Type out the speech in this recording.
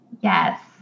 Yes